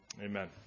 Amen